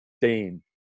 Dean